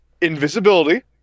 invisibility